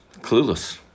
clueless